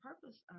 purpose